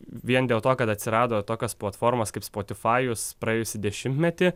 vien dėl to kad atsirado tokios platformos kaip spotifajus praėjusį dešimtmetį